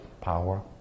power